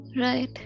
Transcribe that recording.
Right